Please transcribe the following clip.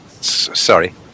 Sorry